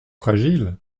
fragile